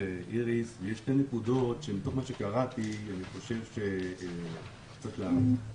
איריס ויש שתי נקודות שמתוך מה שקראתי אני חושב שצריכות לעלות.